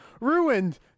ruined